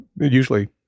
usually